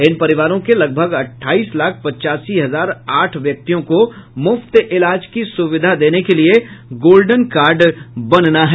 इन परिवारों के लगभग अठाईस लाख पच्चासी हजार आठ व्यक्तियों को मुफ्त इलाज की सुविधा देने के लिए गोल्डन कार्ड बनना है